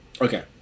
Okay